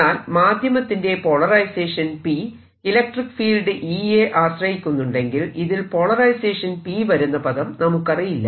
എന്നാൽ മാധ്യമത്തിന്റെ polarisation P electric field E യെ ആശ്രയിക്കുന്നുണ്ടെങ്കിൽ ഇതിൽ പോളറൈസേഷൻ P വരുന്ന പദം നമുക്കറിയില്ല